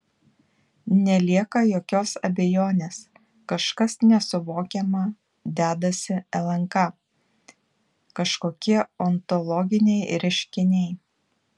nelieka jokios abejonės kažkas nesuvokiama dedasi lnk kažkokie ontologiniai reiškiniai